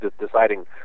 deciding